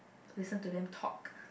listen to them talk